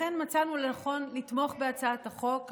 ולכן מצאנו לנכון לתמוך בהצעת החוק.